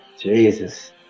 Jesus